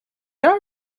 are